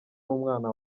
n’umwana